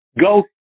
go